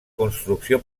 construcció